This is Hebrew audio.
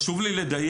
חשוב לי לדייק: